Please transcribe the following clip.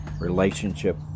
relationship